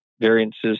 variances